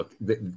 look